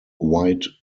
white